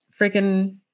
freaking